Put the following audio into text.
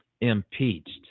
impeached